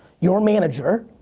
your manager